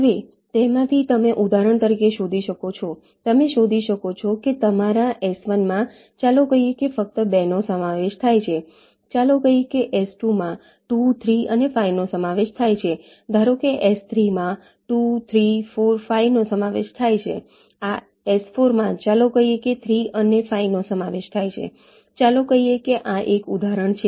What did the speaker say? હવે તેમાંથી તમે ઉદાહરણ તરીકે શોધી શકો છો તમે શોધી શકો છો કે તમારા S1 માં ચાલો કહીએ કે ફક્ત 2 નો સમાવેશ થાય છે ચાલો કહીએ કે S2 માં 2 3 અને 5 નો સમાવેશ થાય છે ધારો કે S3 માં 2 3 4 5 નો સમાવેશ થાય છે આ S4 માં ચાલો કહીએ કે 3 અને 5 સમાવેશ થાય છે ચાલો કહીએ કે આ એક ઉદાહરણ છે